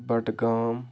بَٹہٕ گام